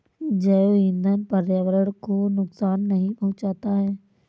जैव ईंधन पर्यावरण को नुकसान नहीं पहुंचाता है